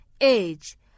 age